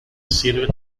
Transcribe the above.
sirve